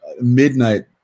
midnight